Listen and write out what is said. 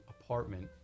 apartment